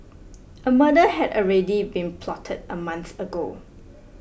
a murder had already been plotted a month ago